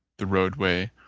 the roadway,